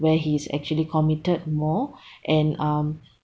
where he is actually committed more and um